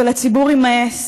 ולציבור יימאס,